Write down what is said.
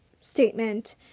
statement